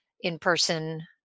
in-person